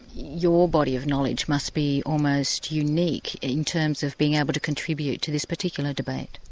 your body of knowledge must be almost unique in terms of being able to contribute to this particular debate?